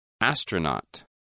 astronaut